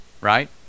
Right